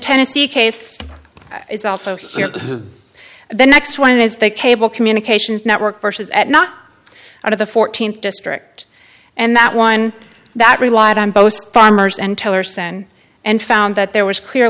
ennessee case is also here the next one is the cable communications network versus at not of the fourteenth district and that one that relied on both farmers and tillerson and found that there was clear